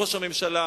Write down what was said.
ראש הממשלה